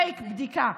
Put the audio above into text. פייק בדיקה?